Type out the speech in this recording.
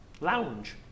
Lounge